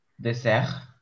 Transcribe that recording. dessert